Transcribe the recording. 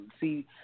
see